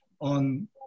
on